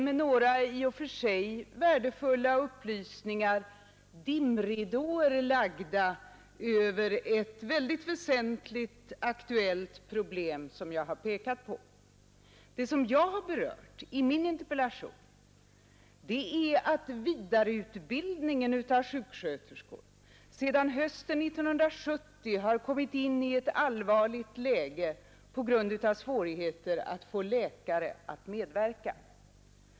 Med några i och för sig värdefulla upplysningar är dimridåer lagda över ett mycket väsentligt och aktuellt problem, som jag har pekat på. Vad jag berört i min interpellation är att vidareutbildningen av sjuksköterskor sedan hösten 1970 har kommit in i ett allvarligt läge på grund av svårigheten att få läkare att medverka.